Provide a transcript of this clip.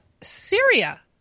Syria